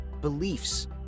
beliefs